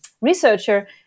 researcher